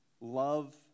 love